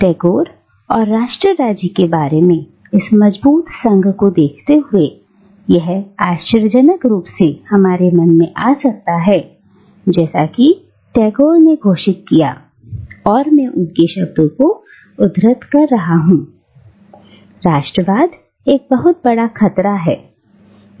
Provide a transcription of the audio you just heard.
टैगोर और राष्ट राज्य के बारे में इस मजबूत संघ को देखते हुए यह आश्चर्यजनक रूप से हमारे मन में आ सकता है जैसा कि टैगोर ने घोषित किया और मैं उनके शब्दों को उद्धृत कर रहा हूं "राष्ट्रवाद एक बहुत बड़ा खतरा है